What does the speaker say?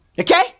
Okay